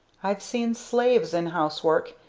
i've seen slaves in housework,